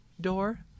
door